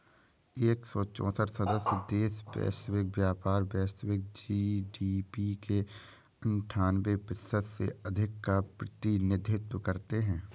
एक सौ चौसठ सदस्य देश वैश्विक व्यापार, वैश्विक जी.डी.पी के अन्ठान्वे प्रतिशत से अधिक का प्रतिनिधित्व करते हैं